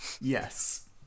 Yes